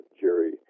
Jerry